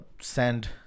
send